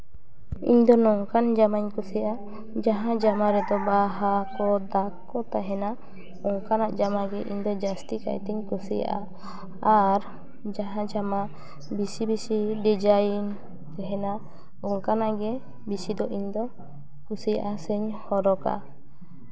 ᱤᱧᱫᱚ ᱱᱚᱝᱠᱟᱱ ᱡᱟᱢᱟᱧ ᱠᱩᱥᱤᱭᱟᱜᱼᱟ ᱡᱟᱦᱟᱸ ᱡᱟᱢᱟ ᱨᱮᱫᱚ ᱵᱟᱦᱟ ᱠᱚ ᱫᱟᱜ ᱠᱚ ᱛᱟᱦᱮᱱᱟ ᱚᱱᱠᱟᱱᱟᱜ ᱡᱟᱢᱟ ᱜᱮ ᱤᱧᱫᱚ ᱡᱟᱹᱥᱛᱤ ᱠᱟᱭᱛᱮᱧ ᱠᱩᱥᱤᱭᱟᱜᱼᱟ ᱟᱨ ᱡᱟᱦᱟᱸ ᱡᱟᱢᱟ ᱵᱮᱥᱤ ᱵᱮᱥᱤ ᱰᱤᱡᱟᱭᱤᱱ ᱛᱟᱦᱮᱱᱟ ᱚᱱᱠᱟᱱᱟᱜ ᱜᱮ ᱵᱮᱥᱤ ᱫᱚ ᱤᱧᱫᱚ ᱠᱩᱥᱤᱭᱟᱜᱼᱟ ᱥᱮᱧ ᱦᱚᱨᱚᱜᱟ